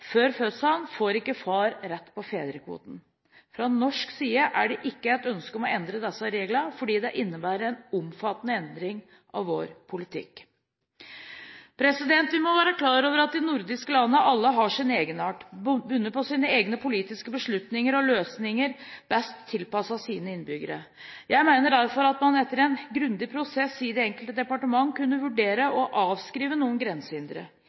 før fødselen, får ikke far rett til fedrekvote. Fra norsk side er det ikke ønske om å endre disse reglene, fordi det innebærer en omfattende endring av vår politikk. Vi må være klar over at de nordiske landene alle har sin egenart, bunnet i egne politiske beslutninger og løsninger best tilpasset egne innbyggere. Jeg mener derfor at man etter en grundig prosess i det enkelte departement må kunne vurdere å avskrive noen grensehindre.